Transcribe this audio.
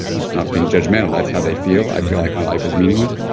it's not being judgmental, that's how they feel. i feel like my life is meaningless.